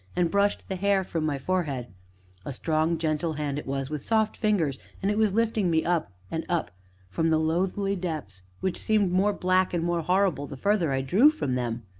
and brushed the hair from my forehead a strong, gentle hand it was, with soft fingers, and it was lifting me up and up from the loathly depths which seemed more black and more horrible the farther i drew from them.